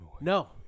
no